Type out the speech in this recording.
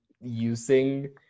using